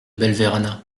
belverana